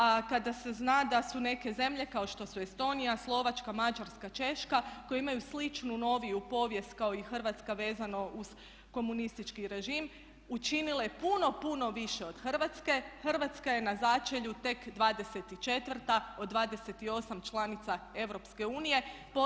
A kada se zna da su neke zemlje kao što su Estonija, Slovačka, Mađarska, Češka koje imaju sličnu noviju povijest kao i Hrvatska vezano uz komunistički režim učinile puno, puno više od Hrvatske, Hrvatska je na začelju tek 24. od 28 članica zemalja EU.